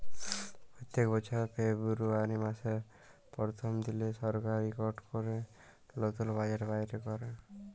প্যত্তেক বছর ফেরবুয়ারি ম্যাসের পরথম দিলে সরকার ইকট ক্যরে লতুল বাজেট বাইর ক্যরে